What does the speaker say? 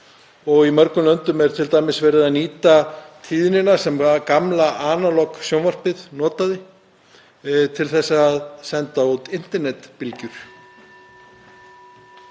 og í mörgum löndum er t.d. verið að nýta tíðnina sem gamla analog-sjónvarpið notaði til að senda út internetbylgjur.